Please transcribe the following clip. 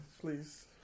please